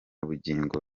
bugingo